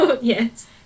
Yes